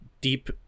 deep